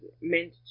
meant